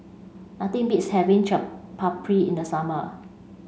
nothing beats having Chaat Papri in the summer